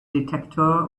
detector